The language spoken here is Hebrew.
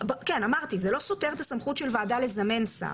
אמרתי, זה לא סותר את הסמכות של ועדה לזמן שר.